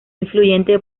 influyente